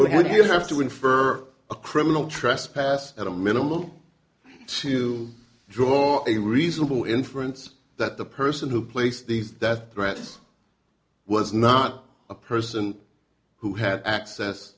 you have to infer a criminal trespass at a minimum to draw a reasonable inference that the person who placed these death threats was not a person who had access